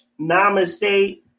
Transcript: Namaste